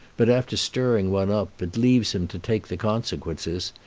but after stirring one up, it leaves him to take the consequences,